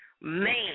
Man